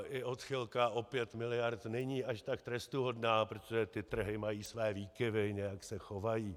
I odchylka o pět miliard není až tak trestuhodná, protože trhy mají své výkyvy, nějak se chovají.